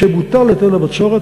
משבוטל היטל הבצורת,